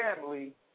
family